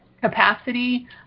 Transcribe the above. capacity